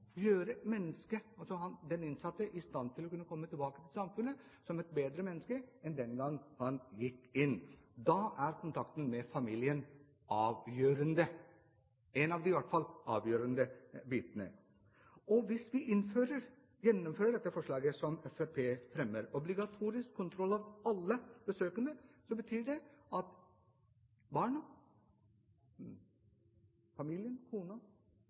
den innsatte i stand til å komme tilbake til samfunnet som et bedre menneske enn den gang han gikk inn. Da er kontakten med familien avgjørende. Det er iallfall en av de avgjørende bitene. Hvis man gjennomfører det som foreslås i dette forslaget fra Fremskrittspartiet, obligatorisk kontroll av alle besøkende, betyr det at barna, familien,